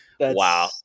Wow